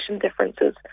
differences